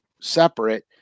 separate